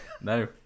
No